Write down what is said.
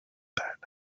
that